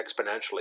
exponentially